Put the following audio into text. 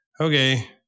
okay